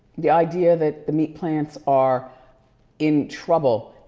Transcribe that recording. the idea that the meat plants are in trouble,